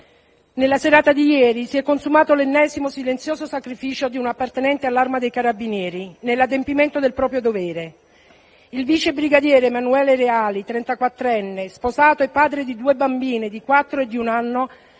«Nella serata di ieri si è consumato l'ennesimo silenzioso sacrificio di un appartenente all'Arma dei carabinieri nell'adempimento del proprio dovere. Il vice brigadiere Emanuele Reali, trentaquattrenne, sposato e padre di due bambine di quattro e di un anno,